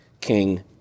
King